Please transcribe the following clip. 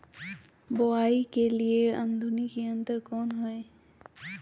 बुवाई के लिए आधुनिक यंत्र कौन हैय?